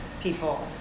people